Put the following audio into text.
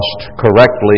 correctly